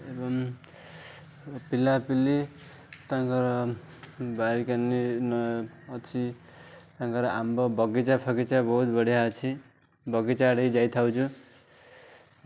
ଏବଂ ପିଲା ପିଲି ତାଙ୍କର ବାରିକାନି ଅଛି ତାଙ୍କର ଆମ୍ବ ବଗିଚା ଫଗିଚା ବହୁତ ବଢ଼ିଆ ଅଛି ବଗିଚା ଆଡ଼େ ଯାଇଥାଉଛୁ